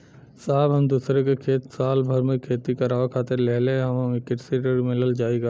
साहब हम दूसरे क खेत साल भर खेती करावे खातिर लेहले हई हमके कृषि ऋण मिल जाई का?